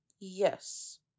Yes